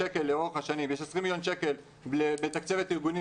לאורך השנים יש 20 מיליון שקל לתקצב את הארגונים